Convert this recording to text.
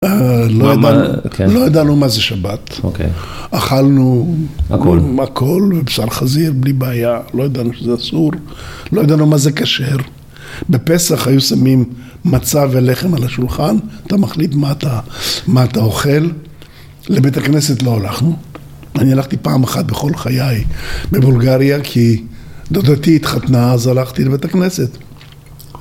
לא ידענו מה זה שבת, אכלנו מקול ובשר חזיר בלי בעיה, לא ידענו שזה אסור, לא ידענו מה זה כשר. בפסח היו שמים מצה ולחם על השולחן, אתה מחליט מה אתה אוכל. לבית הכנסת לא הלכנו, אני הלכתי פעם אחת בכל חיי בבולגריה כי דודתי התחתנה אז הלכתי לבית הכנסת.